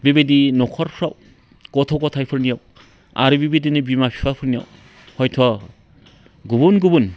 बेबायदि न'खरफ्राव गथ' गथायफोरनियाव आरो बिबायदिनो बिमा बिफाफोरनियाव हयथ' गुबुन गुबुन